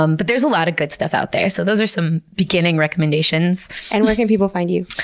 um but there's a lot of good stuff out there. so those are some beginning recommendations and where can people find you?